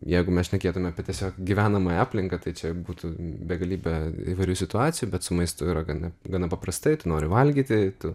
jeigu mes šnekėtume apie tiesiog gyvenamąją aplinką tai čia būtų begalybė įvairių situacijų bet su maistu yra gana gana paprastai tu nori valgyti tu